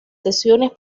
sesiones